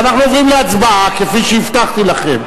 הוראת שעה כזו או אחרת אל מול חוק-יסוד,